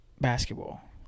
basketball